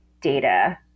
data